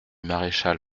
maréchal